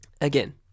Again